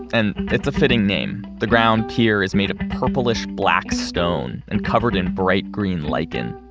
and it's a fitting name. the ground here is made of purplish black stone, and covered in bright green lichen.